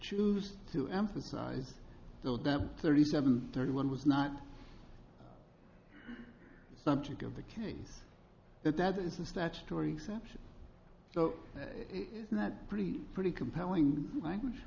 choose to emphasize though that thirty seven thirty one was not subject of the case that that is a statutory exemption so that pretty pretty compelling language